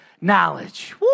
knowledge